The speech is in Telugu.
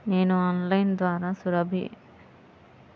నేను ఆన్లైన్ ద్వారా సురక్ష భీమా కట్టుకోవచ్చా?